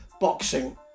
boxing